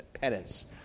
penance